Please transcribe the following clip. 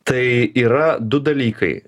tai yra du dalykai